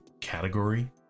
category